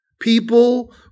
people